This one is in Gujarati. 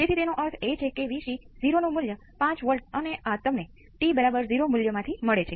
તેથી તેથી જ જમણી બાજુ 0 છે ઇનપુટ 0 છે